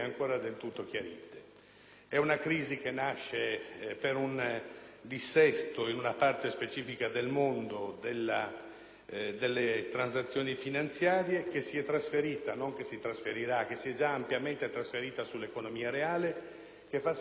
È una crisi che nasce per un dissesto in una parte specifica del mondo delle transazioni finanziarie, che si è già ampiamente trasferita - non che si trasferirà - sull'economia reale, che fa sentire il proprio peso